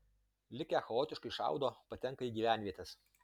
likę chaotiškai šaudo patenka į gyvenvietes